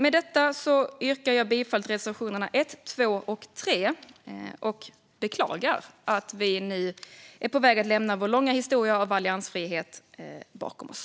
Med detta yrkar jag bifall till reservationerna 1, 2 och 3 och beklagar att vi nu är på väg att lämna vår långa historia av alliansfrihet bakom oss.